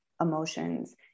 emotions